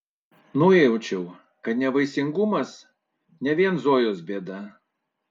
nujaučiau kad nevaisingumas ne vien zojos bėda